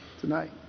tonight